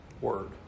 word